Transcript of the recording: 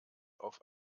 auf